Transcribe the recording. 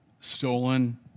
stolen